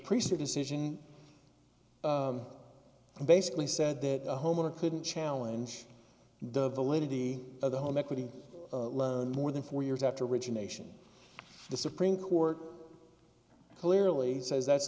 priest or decision basically said that the homeowner couldn't challenge the validity of the home equity loan more than four years after origination the supreme court clearly says that's